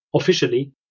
officially